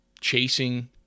chasing